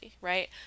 right